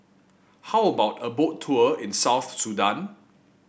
how about a Boat Tour in South Sudan